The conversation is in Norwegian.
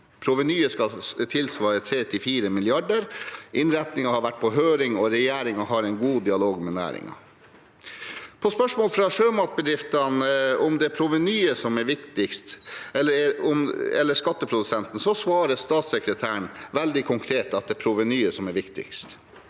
Provenyet skal tilsvare 3–4 milliarder. Innretningen har vært på høring, og regjeringen har en god dialog med næringen. På spørsmål fra sjømatbedriftene om det er provenyet eller skatteprosenten som er viktigst, svarer statssekretæren veldig konkret at det er provenyet som er viktigst.